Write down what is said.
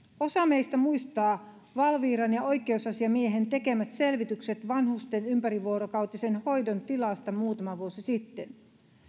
osa meistä muistaa valviran ja oikeusasiamiehen tekemät selvitykset vanhusten ympärivuorokautisen hoidon tilasta muutama vuosi sitten